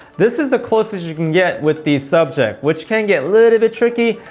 this is the closest you can get with the subject, which can get little tricky.